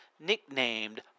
nicknamed